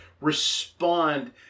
respond